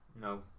No